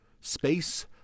Space